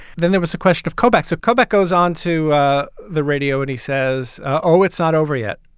then there was the question of kovaks. a comeback goes on to the radio and he says, oh, it's not over yet.